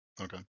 Okay